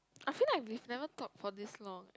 I feel like we never talk for this long